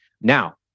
now